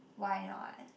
why not